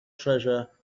treasure